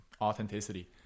authenticity